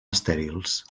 estèrils